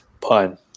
pun